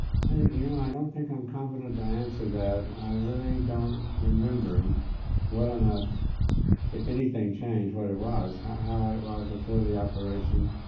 i you know i don't think i'm competent to answer that, i really don't remember well enough if anything changed what it was, how how it was before the operation.